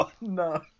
no